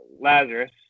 Lazarus